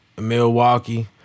Milwaukee